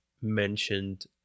mentioned